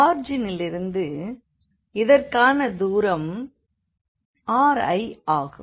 ஆரிஜினிலிருந்து இதற்கான தூரம் ri ஆகும்